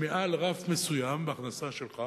מעל רף מסוים בהכנסה שלך,